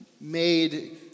made